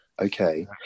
okay